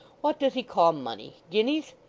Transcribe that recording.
what does he call money guineas?